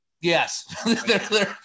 Yes